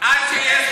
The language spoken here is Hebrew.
להקשיב.